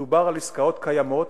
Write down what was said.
מדובר על עסקאות קיימות.